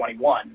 2021